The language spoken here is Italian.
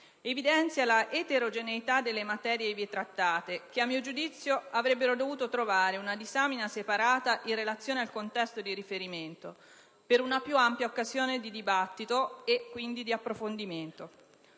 evidenzia la eterogeneità delle materie ivi trattate che, a mio giudizio, avrebbero dovuto trovare una disamina separata in relazione al contesto di riferimento per una più ampia occasione di dibattito e approfondimento.